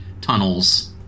tunnels